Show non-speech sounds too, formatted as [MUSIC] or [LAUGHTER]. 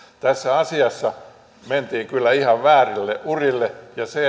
tässä asiassa mentiin kyllä ihan väärille urille ja se [UNINTELLIGIBLE]